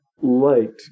liked